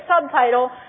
subtitle